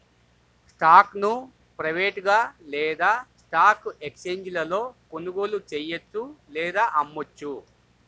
స్టాక్ను ప్రైవేట్గా లేదా స్టాక్ ఎక్స్ఛేంజీలలో కొనుగోలు చెయ్యొచ్చు లేదా అమ్మొచ్చు